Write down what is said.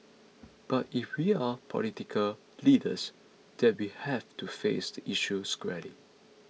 but if we are political leaders then we have to face the issue squarely